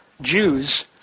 Jews